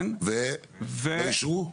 לא אישרו?